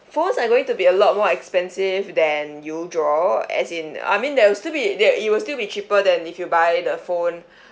phones are going to be a lot more expensive than usual as in I mean there'll still be there it will still be cheaper than if you buy the phone